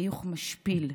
חיוך משפיל,